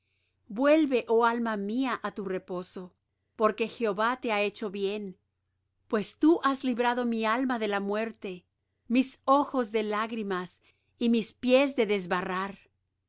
vuelve oh alma mía á tu reposo porque jehová te ha hecho bien pues tú has librado mi alma de la muerte mis ojos de lágrimas y mis pies de desbarrar